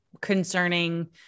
concerning